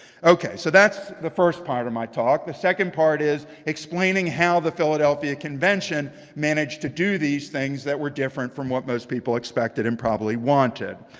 okay. so that's the first part of my talk. the second part is explaining how the philadelphia convention managed to do these things that were different from what most people expected and probably wanted.